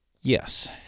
Yes